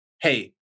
hey